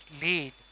lead